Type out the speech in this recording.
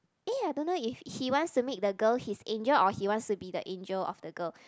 eh I don't know if he wants to make the girl his angel or he wants to be the angel of the girl